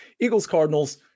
Eagles-Cardinals